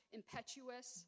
impetuous